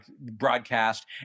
broadcast